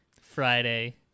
Friday